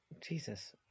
Jesus